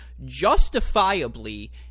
justifiably